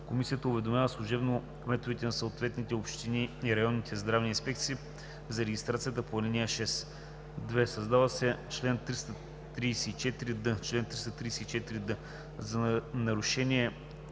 Комисията уведомява служебно кметовете на съответните общини и районните здравни инспекции за регистрацията по ал. 6.“ 2. Създава се чл. 334д: „Чл.